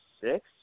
six